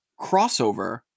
crossover